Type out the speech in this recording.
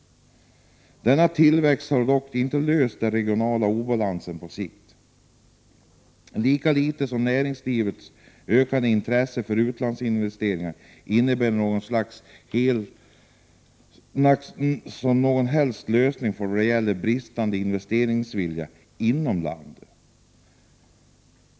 Denna tillväxt kan dock inte lösa den regionala obalansen på sikt, lika litet som näringslivets ökande intresse för utlandsinvesteringar innebär någon som helst lösning vad gäller den bristande investeringsviljan inom landet.